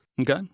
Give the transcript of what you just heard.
Okay